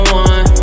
one